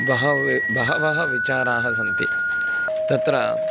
बहवः बहवः विचाराः सन्ति तत्र